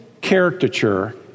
caricature